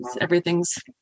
Everything's